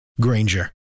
Granger